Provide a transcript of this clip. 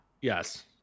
yes